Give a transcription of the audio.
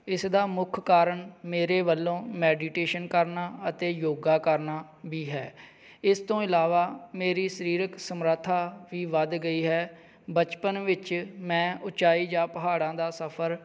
ਇਸ ਦਾ ਮੁੱਖ ਕਾਰਣ ਮੇਰੇ ਵੱਲੋਂ ਮੈਡੀਟੇਸ਼ਨ ਕਰਨਾ ਅਤੇ ਯੋਗਾ ਕਰਨਾ ਵੀ ਹੈ ਇਸ ਤੋਂ ਇਲਾਵਾ ਮੇਰੀ ਸਰੀਰਕ ਸਮਰੱਥਾ ਵੀ ਵੱਧ ਗਈ ਹੈ ਬਚਪਨ ਵਿੱਚ ਮੈਂ ਉੱਚਾਈ ਜਾ ਪਹਾੜਾਂ ਦਾ ਸਫਰ